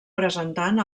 presentant